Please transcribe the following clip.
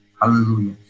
Hallelujah